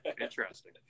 interesting